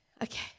okay